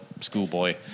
schoolboy